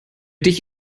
dich